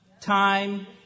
time